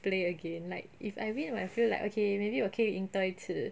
play again like if I win I feel like okay maybe 我可以赢多一次